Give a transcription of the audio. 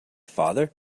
father